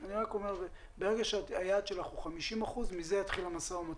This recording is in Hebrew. אני רק אומר שברגע שהיעד שלך הוא 50% ממנו יתחיל המשא ומתן.